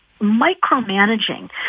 micromanaging